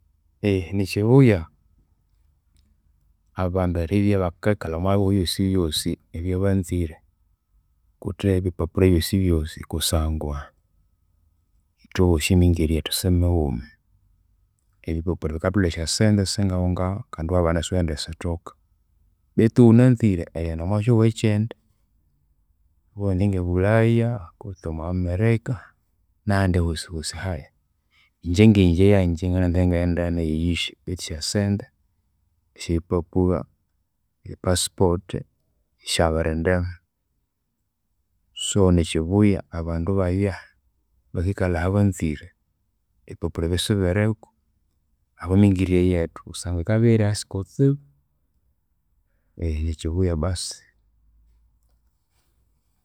Nikyibuya abandu eribya ibakikalha omwabihugho ebyosibyosi ebyabanzire okuthe ebipapura byosibyosi kusangwa, ithwebosi emingirirye yethu simighuma. Ebipapura bikathwalhwa esyasente singahungahu kandi iwabana isiwendisithoka betu ighunanzire erighenda omwakyihugho ekyindi, ngabughe indi ngebulaya kutse omwa America, nahandi ahosihosi ahali. Inje nginje ngananza ingaghenda nayi eyihya betu esyasente esyebipapura e passport, syabirindema. So nikyibuya abandu ibabya bakikalha ahabanzire, ebipapura ebyu isibiriku ahabwa emingirirye yethu kusangwa yikabya iyiri ahisi kutsibu. Nikyibuya basi.